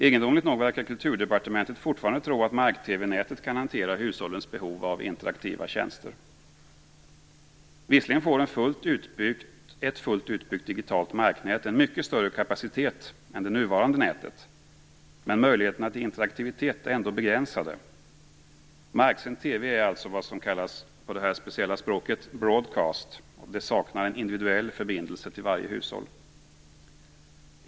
Egendomligt nog verkar Kulturdepartementet fortfarande tro att mark-TV-nätet kan hantera hushållens behov av interaktiva tjänster. Visserligen får ett fullt utbyggt digitalt marknät en mycket större kapacitet än det nuvarande nätet, men möjligheterna till interaktivitet är ändå begränsade. Marksänd TV är alltså vad som på det här speciella språket kallas för broadcast, och det saknar en individuell förbindelse till varje hushåll.